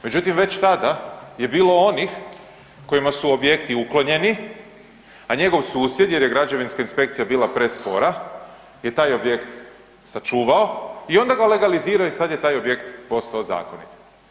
Međutim, već tada je bilo onih kojima su objekti uklonjeni, a njegov susjed, jer je građevinska inspekcija bila prespora je taj objekt sačuvao i onda ga legalizirao i sad je taj objekt postao zakonit.